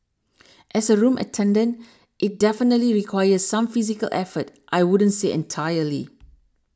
as a room attendant it definitely requires some physical effort I wouldn't say entirely